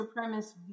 supremacist